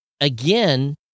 again